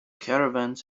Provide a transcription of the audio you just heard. caravans